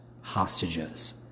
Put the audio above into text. hostages